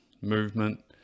movement